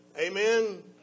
Amen